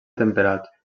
temperat